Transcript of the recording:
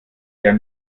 der